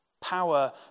Power